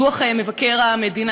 דוח מבקר המדינה,